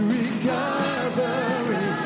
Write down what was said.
recovery